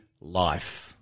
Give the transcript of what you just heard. life